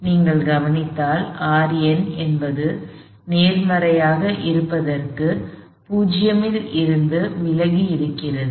நீங்கள் கவனித்தால் Rn என்பது நேர்மறையாக இருப்பதற்காக O இல் இருந்து விலகி இருக்கிறது